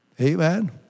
Amen